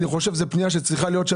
אני חושב שזו צריכה להיות פנייה של